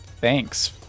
thanks